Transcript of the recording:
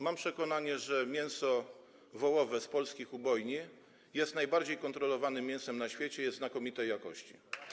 Mam przekonanie, że mięso wołowe z polskich ubojni jest najbardziej kontrolowanym mięsem na świecie, jest znakomitej jakości.